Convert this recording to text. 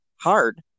hard